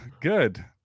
good